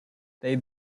they